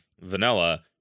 vanilla